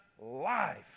life